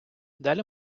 далі